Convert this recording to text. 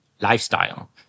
lifestyle